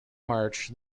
march